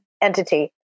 entity